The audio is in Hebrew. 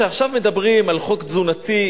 שעכשיו מדברים על חוק תזונתי,